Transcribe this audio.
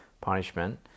punishment